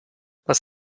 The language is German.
was